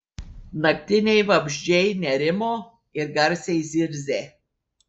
naktiniai vabzdžiai nerimo ir garsiai zirzė